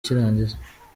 cy’irangiza